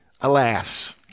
Alas